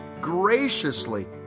graciously